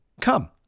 Come